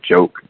joke